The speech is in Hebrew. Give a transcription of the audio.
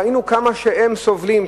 ראינו כמה הם סובלים,